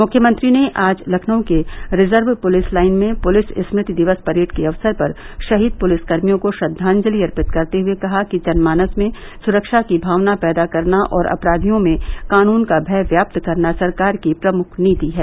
मुख्यमंत्री ने आज लखनऊ के रिजर्व पुलिस लाइन्स में पुलिस स्मृति दिवस परेड के अवसर पर शहीद पुलिसकर्मियों को श्रद्वाजंलि अर्पित करते हुए कहा कि जनमानस में सुरक्षा की भावना पैदा करना और अपराधियों में कानून का भय व्याप्त करना सरकार की प्रमुख नीति है